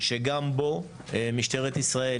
שגם בו משטרת ישראל,